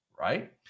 right